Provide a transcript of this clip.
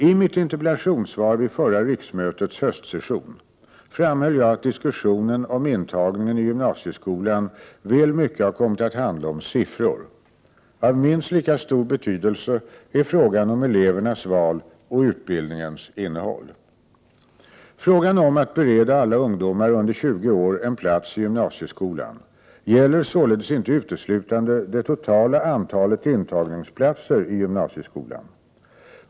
I mitt interpellationssvar vid förra riksmötets höstsession framhöll jag att diskussionen om intagningen i gymnasieskolan väl mycket har kommit att handla om siffror. Av minst lika stor betydelse är frågan om elevernas val och utbildningens innehåll. Frågan om att bereda alla ungdomar under 20 år en plats i gymnasieskolan gäller således inte uteslutande det totala antalet intagningsplatser i gymnasieskolan.